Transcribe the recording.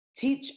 Teach